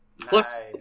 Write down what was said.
Plus